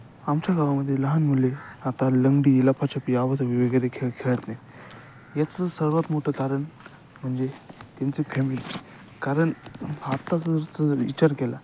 आमच्या गावामध्येे लहान मुले आता लंगडी लपाछपी आबाधुबी वगैरे खेळ खेळत नाही याचं सर्वात मोठं कारण म्हणजे त्यांची फॅमिली कारण हा आत्ता विचार केला